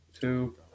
Two